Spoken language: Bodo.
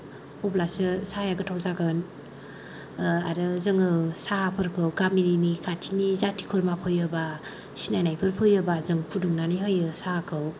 अब्लासो साहाया गोथाव जागोन आरो जोङो साहाफोरखौ गामिनि खाथिनि जाथि खुरमा फैयोबा सिनायनायफोर फैयोबा जों फुदुंनानै होयो साहाखौ